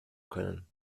können